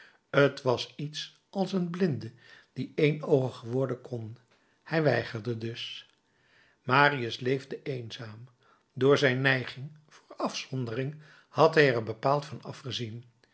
t was iets als een blinde die éénoogig worden kon hij weigerde dus marius leefde eenzaam door zijn neiging voor afzondering had hij er bepaald van afgezien